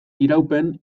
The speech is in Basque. iraupen